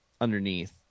underneath